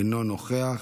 אינו נוכח,